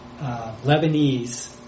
Lebanese